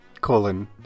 colon